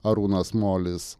arūnas molis